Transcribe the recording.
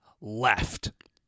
left